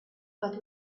but